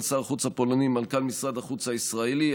שר החוץ הפולני ומנכ"ל משרד החוץ הישראלי.